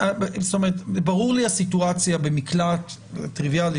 ברורה לי הסיטואציה במקלט, זה טריוויאלי.